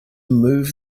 move